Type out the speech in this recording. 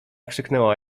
krzyknęła